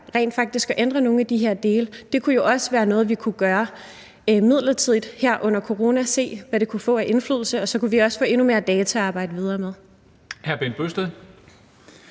rent faktisk kan ændre nogle af de dele. Det kunne jo også være noget, vi kunne gøre midlertidigt under coronakrisen og se, hvad det kunne få af betydning. Og så kunne vi også få endnu flere data at arbejde videre med. Kl. 14:09